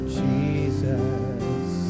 jesus